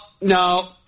no